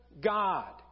God